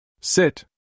Sit